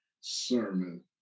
sermon